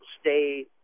stay